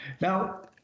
Now